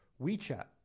WeChat